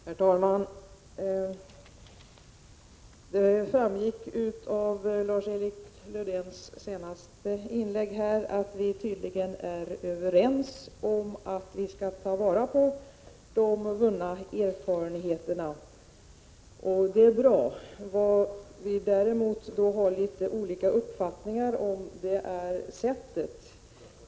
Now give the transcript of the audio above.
Herr talman! Det framgick av Lars-Erik Lövdéns senaste inlägg att vi tydligen är överens om att man skall ta vara på de vunna erfarenheterna. Det är bra. Vad vi däremot har litet olika uppfattningar om är sättet att göra det på.